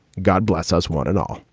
god bless us. one and all